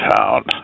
town